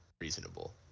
reasonable